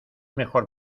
mejor